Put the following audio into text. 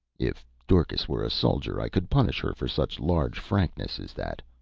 if dorcas were a soldier, i could punish her for such large frankness as that.